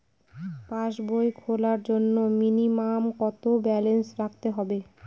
পাসবই খোলার জন্য মিনিমাম কত ব্যালেন্স রাখতে হবে?